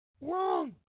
wrong